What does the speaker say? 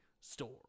store